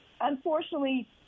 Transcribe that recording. unfortunately